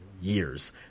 years